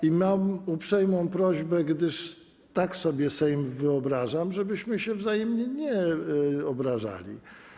I mam uprzejmą prośbę, gdyż tak sobie Sejm wyobrażam, żebyśmy się wzajemnie nie obrażali.